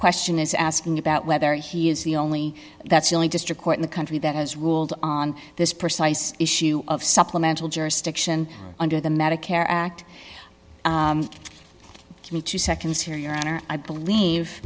question is asking about whether he is the only that's the only district court in the country that has ruled on this precise issue of supplemental jurisdiction under the medicare act me two seconds here your honor i believe